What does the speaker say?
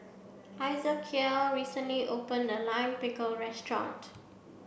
Ezekiel recently opened a Lime Pickle restaurant